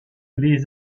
les